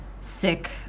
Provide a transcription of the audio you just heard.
sick